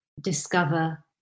discover